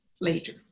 later